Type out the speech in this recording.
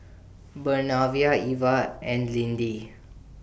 Bernardine Iva and Lindy